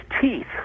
teeth